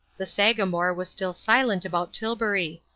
the sagamore was still silent about tilbury.